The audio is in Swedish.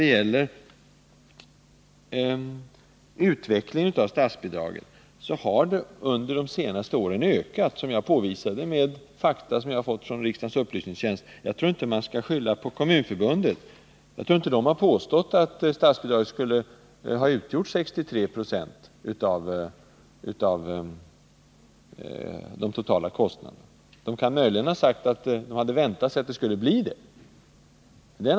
Som jag påvisade med fakta som jag har fått från riksdagens upplysningstjänst, har statsbidraget under de senaste åren ökat. Jag tycker inte man skall skylla på Kommunförbundet. Jag tror inte att Kommunförbundet har påstått att statsbidraget tidigare skulle ha utgjort 63 26 av de totala kostnaderna — det måste i så fall ha varit före den här aktuella perioden.